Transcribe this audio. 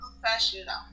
professional